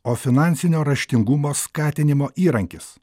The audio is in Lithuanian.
o finansinio raštingumo skatinimo įrankis